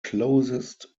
closest